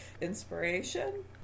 Inspiration